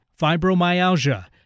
fibromyalgia